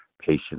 patient